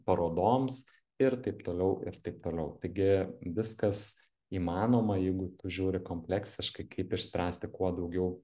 parodoms ir taip toliau ir taip toliau taigi viskas įmanoma jeigu tu žiūri kompleksiškai kaip išspręsti kuo daugiau